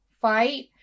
fight